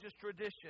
tradition